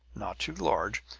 not too large,